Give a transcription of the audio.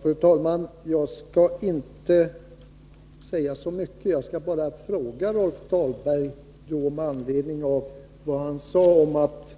Fru talman! Jag skall inte säga så mycket. Jag skall bara ställa en fråga till Rolf Dahlberg med anledning av vad han sade om att